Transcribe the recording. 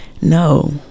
no